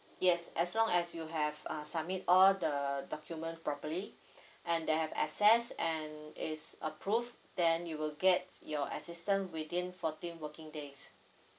yes as long as you have uh submit all the document properly and they have access and is approve then you will get your assistant within fourteen working days